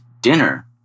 dinner